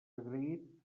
agraït